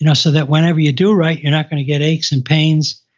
and so that whenever you do write you're not going to get aches and pains.